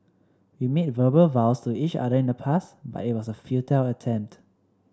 we made verbal vows to each other in the past but it was a futile attempt